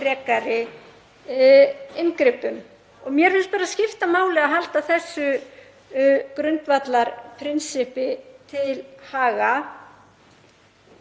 Mér finnst skipta máli að halda þessu grundvallarprinsippi til haga.